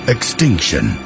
Extinction